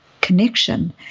connection